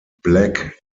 black